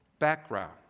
background